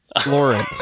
Florence